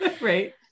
right